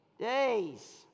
days